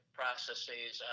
processes